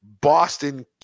Boston